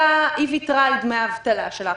ויתרה על דמי האבטלה שלה.